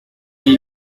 mais